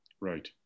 Right